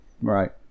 Right